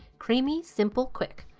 creamy, simple, quick.